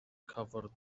covered